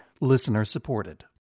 Listener-supported